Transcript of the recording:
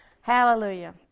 Hallelujah